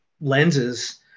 lenses